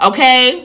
Okay